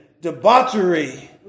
debauchery